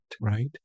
right